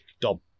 Dom